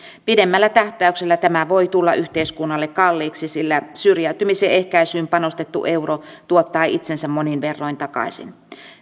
pidemmällä tähtäyksellä tämä voi tulla yhteiskunnalle kalliiksi sillä syrjäytymisen ehkäisyyn panostettu euro tuottaa itsensä monin verroin takaisin